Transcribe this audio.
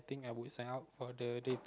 think I would sign up for the dating